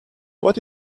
what